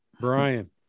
Brian